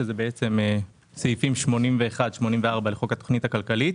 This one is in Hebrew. שזה בעצם סעיפים 81-84 לחוק התכנית הכלכלית.